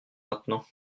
maintenant